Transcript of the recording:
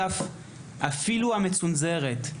אפילו תוכנית הלימודים המצונזרת,